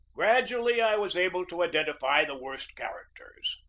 gradually i was able to identify the worst char acters.